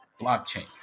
blockchain